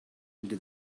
into